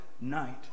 night